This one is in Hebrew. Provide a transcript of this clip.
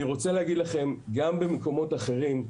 אני רוצה לומר לכם שגם במקומות אחרים,